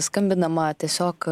skambinama tiesiog